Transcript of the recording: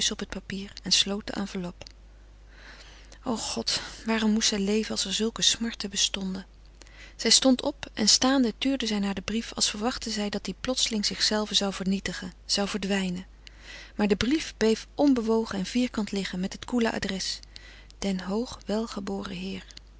op het papier en sloot de enveloppe o god waarom moest zij leven als er zulke smarten bestonden zij stond op en staande tuurde zij naar den brief als verwachtte zij dat die plotseling zichzelven zou vernietigen zou verdwijnen maar de brief bleef onbewogen en vierkant liggen met het koele adres den hoog welgeboren heer